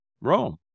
Rome